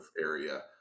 area